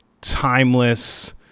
timeless